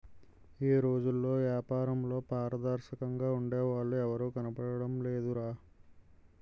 ఈ రోజుల్లో ఏపారంలో పారదర్శకంగా ఉండే వాళ్ళు ఎవరూ కనబడడం లేదురా